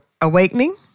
awakening